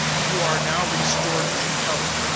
you are now restored to health.